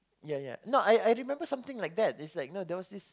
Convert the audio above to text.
ya ya no I I remember something like that it's like there was this